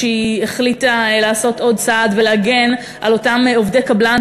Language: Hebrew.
שהחליטה לעשות עוד צעד ולהגן על אותם עובדי קבלן,